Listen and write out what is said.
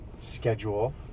Schedule